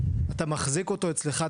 אתה מחזיק אותו אצלך?